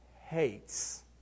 hates